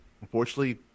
Unfortunately